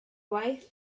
waith